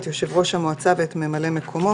את יושב ראש המועצה ואת ממלא מקומו,